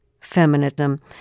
feminism